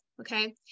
Okay